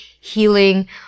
Healing